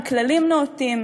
עם כללים נאותים,